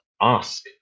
ask